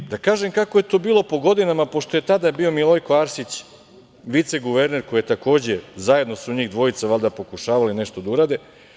Ili, da kažem kako je to bilo po godinama, pošto je tada bio Milojko Arsić viceguverner, koji je takođe, zajedno su njih dvojica valjda pokušavali nešto da urade.